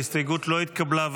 ההסתייגות לא התקבלה.